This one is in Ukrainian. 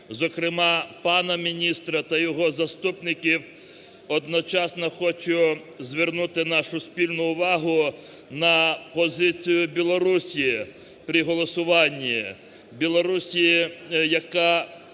зокрема пана міністра та його заступників, одночасно хочу звернути нашу спільну увагу на позицію Білорусі при голосуванні.